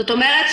זאת אומרת,